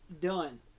Done